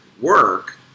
work